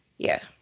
yeah.